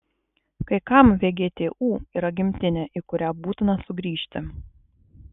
kai kam vgtu yra gimtinė į kurią būtina sugrįžti